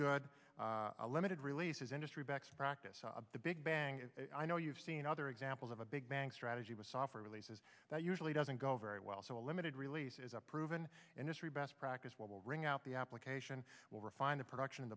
good a limited release is industry back to practice the big bang i know you've seen other examples of a big bang strategy with software releases that usually doesn't go very well so a limited release is a proven industry best practice will bring out the application will refine the production